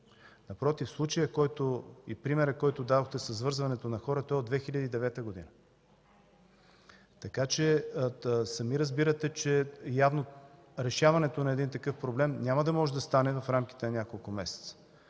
и примерът, който дадохте с връзването на хората, е от 2009 г. Така че сами разбирате, че явно решаването на един такъв проблем няма да може да стане в рамките на няколко месеца.